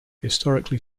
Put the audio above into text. historically